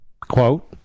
Quote